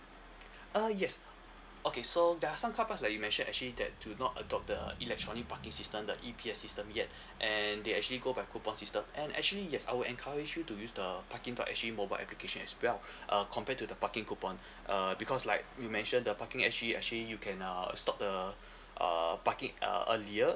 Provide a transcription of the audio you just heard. uh yes okay so there are some carparks like you mentioned that do not adopt the electronic parking system the E_P_S system yet and they actually go by coupon system and actually yes I would encourage you to use the parking dot S G mobile application as well uh compared to the parking coupon uh because like you mentioned the parking S G actually you can uh stop the uh parking uh earlier